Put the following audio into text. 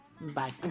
Bye